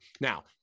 Now